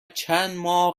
چندماه